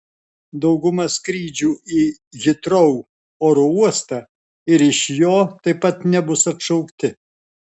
dauguma skrydžių į hitrou oro uostą ir iš jo taip pat nebus atšaukti